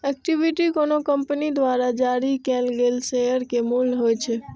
equity कोनो company द्वारा जारी कैल गेल शेयर के मूल्य होइ छै